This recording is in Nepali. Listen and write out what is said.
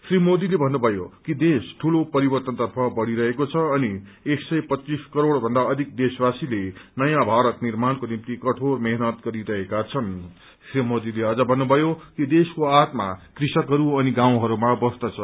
श्री मोदीले भन्नुभ्जयो कि देश ठूलो परिवर्तन तर्फ बढ़िरहेको छ अनि एक सय पचीस करोड़ भन्दाअधिक देशवासीले नयाँ भारत निर्माण्को निम्ति कठोर मेहनत गरिरहेका छन् श्री मोदीले अझ भन्नुभयो कि देशको आत्मा कृषकहरू असिन बाउँहरूमा बस्दछ